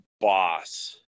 boss